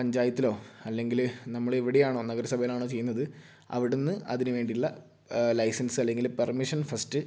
പഞ്ചായത്തിലോ അല്ലെങ്കിൽ നമ്മൾ എവിടെയാണോ നഗരസഭയിലാണോ ചെയ്യുന്നത് അവിടുന്ന് അതിന് വേണ്ടിയുള്ള ലൈസെൻസ് അല്ലെങ്കിൽ പെർമിഷൻ ഫസ്റ്റ്